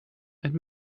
and